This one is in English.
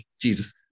Jesus